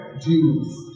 Jews